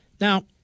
Now